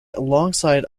alongside